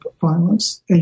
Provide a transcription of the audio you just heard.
violence